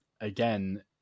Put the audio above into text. again